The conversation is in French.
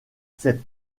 cette